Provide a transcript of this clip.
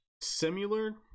similar